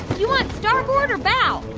you want starboard or bow?